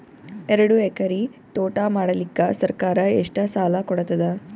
ಎರಡು ಎಕರಿ ತೋಟ ಮಾಡಲಿಕ್ಕ ಸರ್ಕಾರ ಎಷ್ಟ ಸಾಲ ಕೊಡತದ?